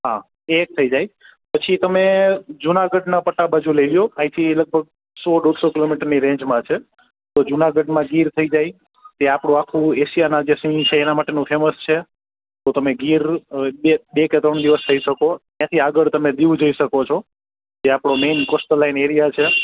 હા એ થઈ જાય પછી તમે જુનાગઢના પટા બાજુ લઈ લ્યો આઈથી લગભગ સો દોઢસો કિલોમીટરની રેન્જમાં છે તો જુનાગઢમાં ગીર થઈ જાય એ આપણું આખું એશિયાના જે સિંહ છે એના માટેનું ફેમસ છે તો તમે ગીર બે કે ત્રણ થઈ શકો ત્યાંથી આગળ તમે દીવ જઈ શકો છો ત્યાં આપણો મેઈન કોસ્ટલ લાઈન એરિયા છે